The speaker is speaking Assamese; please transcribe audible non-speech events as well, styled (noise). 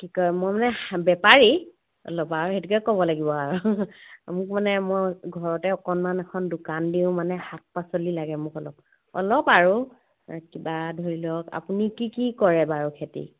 কি কয় মই মানে (unintelligible) বেপাৰী (unintelligible) সেইটোকে ক'ব লাগিব আৰু মোক মানে মই ঘৰতে অকণমান এখন দোকান দিওঁ মানে শাক পাচলি লাগে মোক অলপ অলপ আৰু কিবা ধৰি লওক আপুনি কি কি কৰে বাৰু খেতি